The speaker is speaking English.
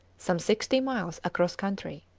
some sixty miles across country.